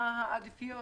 מה העדיפויות,